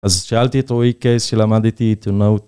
אז שאלתי את רועי קייס שלמד איתי עיתונאות